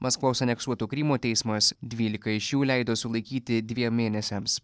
maskvos aneksuoto krymo teismas dvylika iš jų leido sulaikyti dviem mėnesiams